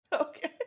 Okay